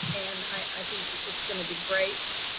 and i think it's going to be great.